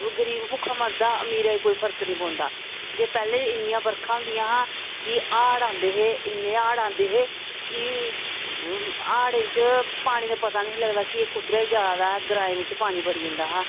गरीब भुक्खा मरदा अमीरा गी कोई फर्क नी पौंदा जे पैहले इन्नियां बरखां होंदियां हा जे हाड़ आंदे इन्ने हाड़ आंदे हे कि हाड़ें च पानी दा पता नेईं लग्गदा कि एह् कुद्धरै गी जा दा ग्राएं बिच्च पानी बड़ी जंदा हा